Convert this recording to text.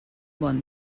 bon